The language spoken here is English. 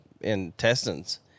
intestines